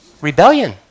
Rebellion